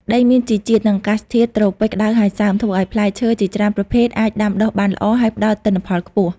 ដីមានជីជាតិ និងអាកាសធាតុត្រូពិចក្តៅហើយសើម ធ្វើឲ្យផ្លែឈើជាច្រើនប្រភេទអាចដាំដុះបានល្អ ហើយផ្តល់ទិន្នផលខ្ពស់។